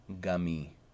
gummy